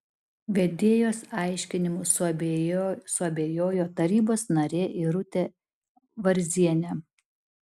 vedėjos aiškinimu suabejojo tarybos narė irutė varzienė